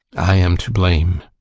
i am to blame.